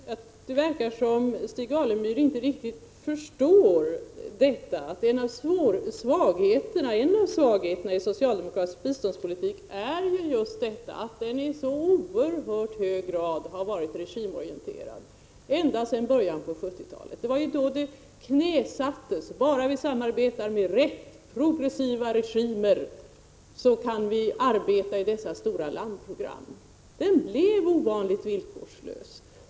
Fru talman! Det verkar som om Stig Alemyr inte riktigt förstår att en av svagheterna i socialdemokratisk biståndspolitik just är att den i så oerhört hög grad har varit regimorienterad. Så har den varit ända sedan början av 1970-talet. Det var då principen knäsattes. Bara vi samarbetar med rätt progressiva regimer, kan vi arbeta i stora landprogram, sade man. Biståndspolitiken blev ovanligt villkorslös.